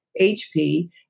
HP